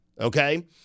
Okay